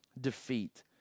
defeat